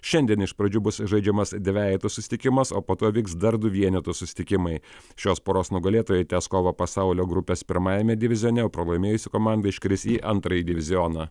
šiandien iš pradžių bus žaidžiamas dvejetų susitikimas o po to vyks dar du vienetų susitikimai šios poros nugalėtojai tęs kovą pasaulio grupės pirmajame divizione o pralaimėjusi komanda iškris į antrąjį divizioną